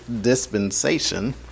dispensation